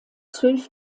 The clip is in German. zwölf